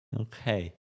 Okay